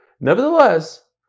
Nevertheless